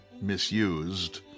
misused